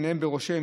עיניהם בראשם,